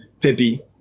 Pippi